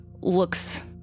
looks